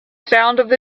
sound